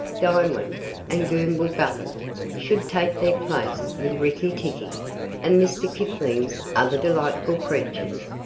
dinewan and goomblegubbon should take their place with rikki tikki and mr. kipling's other delightful creatures.